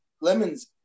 Lemons